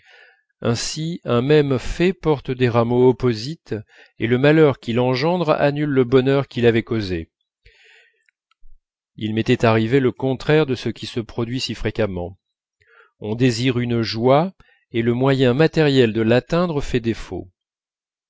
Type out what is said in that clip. ainsi un même fait porte des rameaux opposites et le malheur qu'il engendre annule le bonheur qu'il avait causé il m'était arrivé le contraire de ce qui se produit fréquemment on désire une joie et le moyen matériel de l'atteindre fait défaut